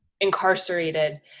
incarcerated